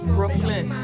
Brooklyn